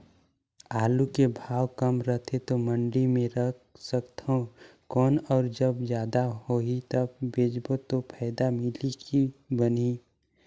आलू के भाव कम रथे तो मंडी मे रख सकथव कौन अउ जब जादा भाव होही तब बेचबो तो फायदा मिलही की बनही?